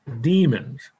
demons